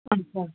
اچھا